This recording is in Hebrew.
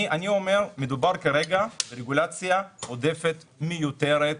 אני אומר שמדובר כרגע ברגולציה עודפת ומיותרת.